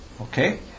Okay